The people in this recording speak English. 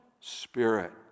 spirit